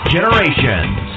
Generations